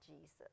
jesus